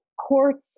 courts